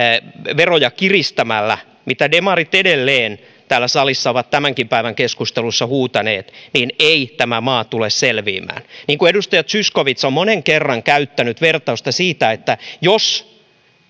veroja kiristämällä mitä demarit edelleen täällä salissa ovat tämänkin päivän keskustelussa huutaneet ei tämä maa tule selviämään niin kuin edustaja zyskowicz on monen kerran käyttänyt vertausta jos